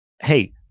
hey